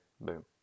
boom